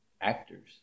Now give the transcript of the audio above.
Actors